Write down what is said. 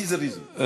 בזריזות.